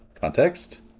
context